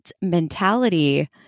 mentality